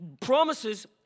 promises